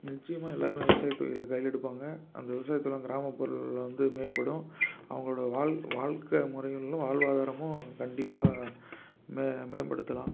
நிச்சயமாக எல்லாருமே விவசாயத்தொழில கையில் எடுப்பாங்கள் அந்த விவசாயத்தெலாம் கிராமபுறம்ல வந்து மேம்படும் அவங்களோடய வால் வாழ்க்க முறைகளும் வாழ்வாதாரமும் கண்டிப்பாக மே மேம்படுத்தலாம்